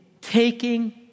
taking